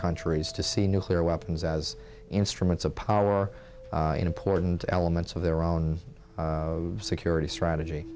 countries to see nuclear weapons as instruments of power or important elements of their own security strategy